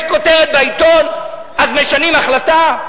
יש כותרת בעיתון אז משנים החלטה?